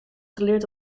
geleerd